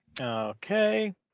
Okay